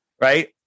right